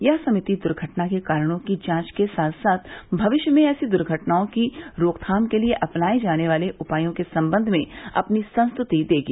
यह समिति दुर्घटना के कारणों की जांच के साथ साथ भविष्य में ऐसी दुर्घटनाओं की रोकथाम के लिए अपनाये जाने वाले उपायों के संबंध में अपनी संस्तृति देगी